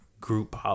group